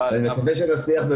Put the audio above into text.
אבל --- בקשר לשיח,